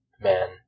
man